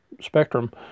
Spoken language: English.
spectrum